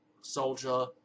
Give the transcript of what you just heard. soldier